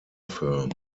firm